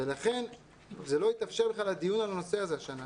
לכן לא התאפשר הדיון על הנושא הזה השנה.